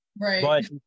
Right